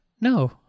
No